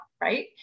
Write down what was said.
right